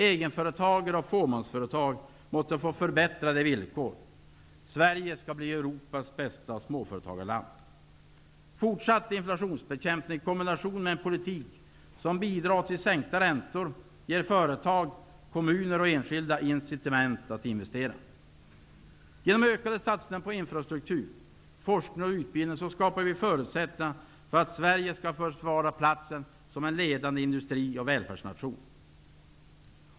Egenföretagare och fåmansföretag måste få förbättrade villkor. Sverige skall bli Europas bästa småföretagarland. Fortsatt inflationsbekämpning i kombination med en politik som bidrar till sänkta räntor ger företag, kommuner och enskilda incitament att investera. Genom ökade satsningar på infrastruktur, forskning och utbildning skapar vi förutsättningar för att Sverige skall försvara platsen som en ledande industrioch välfärdsnation.